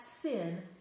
sin